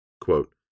quote